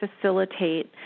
facilitate